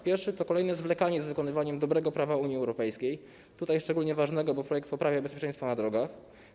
Pierwszy to zwlekanie z wykonaniem, wdrożeniem dobrego prawa Unii Europejskiej, tutaj szczególnie ważnego, bo projekt poprawia bezpieczeństwo na drogach.